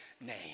name